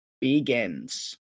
begins